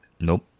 nope